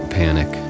panic